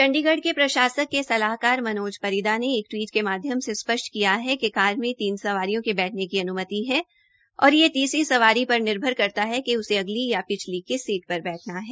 चंडीगढ़ के प्रशासक के सलाहकार मनोज परिदा ने एक टवीट के माध्यम से स्पष्ट किया है कि कार में तीन सवारियों के बैठने की अन्मति है और ये तीसरी सवारी पर निर्भर करता है कि उसे अगली या पिछली किस सीट पर बैठना है